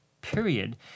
period